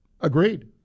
Agreed